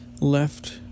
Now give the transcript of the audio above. left